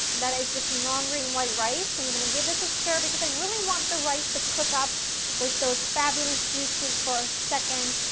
that is just long grain white rice. i'm going to give this a stir because i really want the rice to cook up with those fabulous juices for a second,